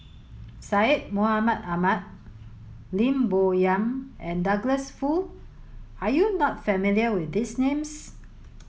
Syed Mohamed Ahmed Lim Bo Yam and Douglas Foo are you not familiar with these names